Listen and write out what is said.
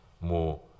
more